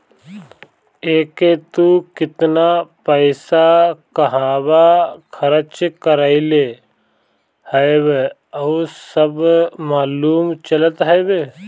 एके तू केतना पईसा कहंवा खरच कईले हवअ उ सब मालूम चलत हवे